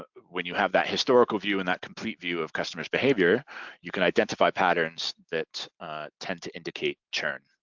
but when you have that historical view and that complete view of customers' behavior you can identify patterns that tend to indicate churn.